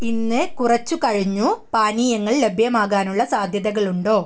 ഇന്ന് കുറച്ചു കഴിഞ്ഞു പാനീയങ്ങൾ ലഭ്യമാകാനുള്ള സാധ്യതകളുണ്ടോ